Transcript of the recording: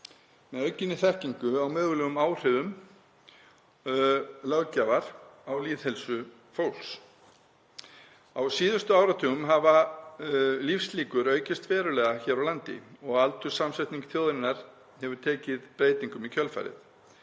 með aukinni þekkingu á mögulegum áhrifum löggjafar á lýðheilsu fólks. Á síðustu áratugum hafa lífslíkur aukist verulega hér á landi og aldurssamsetning þjóðarinnar hefur tekið breytingum í kjölfarið.